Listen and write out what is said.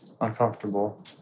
uncomfortable